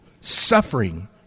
suffering